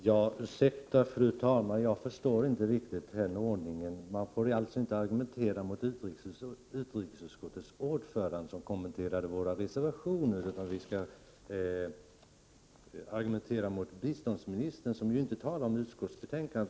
Fru talman! Jag ber om ursäkt, men jag förstår inte riktigt den här ordningen. Vi får alltså inte argumentera mot utrikesutskottets ordförande, som kommenterade våra reservationer, utan vi skall argumentera mot biståndsministern, som ju inte talade om utskottsbetänkandet.